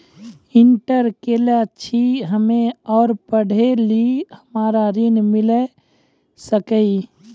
Inter केल छी हम्मे और पढ़े लेली हमरा ऋण मिल सकाई?